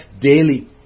daily